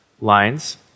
lines